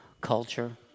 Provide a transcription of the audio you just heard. culture